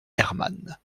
herman